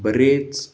बरेच